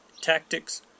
tactics